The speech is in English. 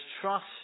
trust